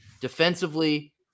Defensively